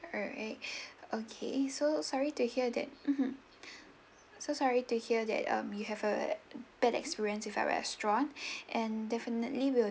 alright okay so sorry to hear that mmhmm so sorry to hear that um we have a bad experience with our restaurant and definitely will